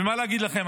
ומה להגיד לכם?